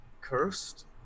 cursed